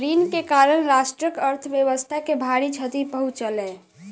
ऋण के कारण राष्ट्रक अर्थव्यवस्था के भारी क्षति पहुँचलै